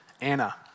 Anna